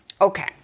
okay